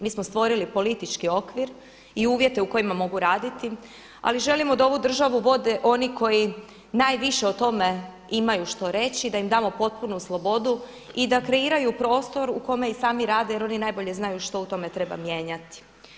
Mi smo stvorili politički okvir i uvjete u kojima mogu raditi, ali želimo da ovu državu vode oni koji najviše o tome imaju što reći, da im damo potpunu slobodu i da kreiraju prostor u kome i sami rade, jer oni najbolje znaju što u tome treba mijenjati.